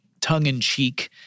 tongue-in-cheek